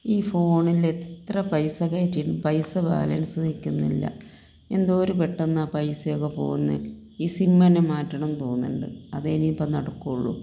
ഈ ഫോണിൽ എത്ര പൈസ കയറ്റി പൈസ ബാലൻസ് നിൽക്കുന്നില്ല എന്തോരം പെട്ടെന്നാ പൈസയൊക്കെ പോകുന്നത് ഈ സിമ്മ് തന്നെ മാറ്റണം തോന്നുന്നുണ്ട് അതെ ഇനി ഇപ്പം നടക്കുള്ളൂ